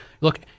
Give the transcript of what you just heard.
look